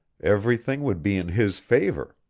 everything would be in his favor.